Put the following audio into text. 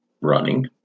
running